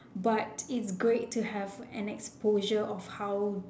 but it's great to have an exposure of how